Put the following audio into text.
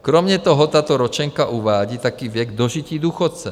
Kromě toho tato ročenka uvádí taky věk dožití důchodce.